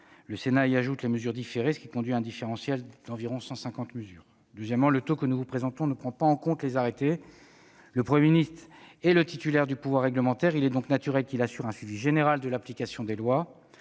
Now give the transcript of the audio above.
le Sénat y ajoute les mesures différées, ce qui conduit à un différentiel d'environ 150 mesures. Deuxièmement, le taux que nous vous présentons ne prend pas en compte les arrêtés. Le Premier ministre est le titulaire du pouvoir réglementaire. Il est donc naturel qu'il assure un suivi général de l'application des lois